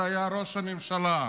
היה ראש הממשלה.